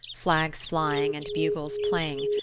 flags flying and bugles playing.